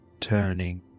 turning